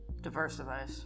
diversify